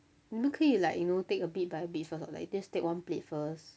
你们可以 like you know take a bit by bit first like you just take one plate first